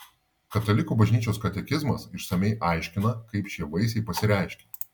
katalikų bažnyčios katekizmas išsamiai aiškina kaip šie vaisiai pasireiškia